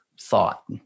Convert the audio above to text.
thought